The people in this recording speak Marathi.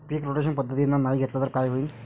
पीक रोटेशन पद्धतीनं नाही घेतलं तर काय होईन?